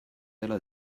dela